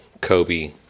Kobe